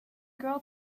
girl